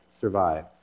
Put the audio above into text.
survive